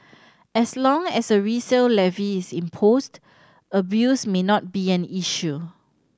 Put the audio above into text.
as long as a resale levy is imposed abuse may not be an issue